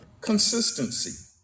consistency